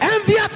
Envy